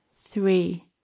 three